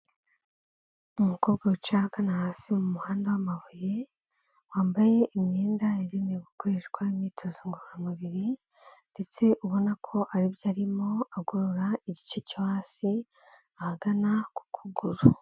Umukobwa wicaye ahagana hasi mu muhanda w'amabuye, wambaye imyenda yagenewe gukoreshwa imyitozo ngororamubiri ndetse ubona ko ari byo arimo agorora igice cyo hasi ahagana ku kuguru.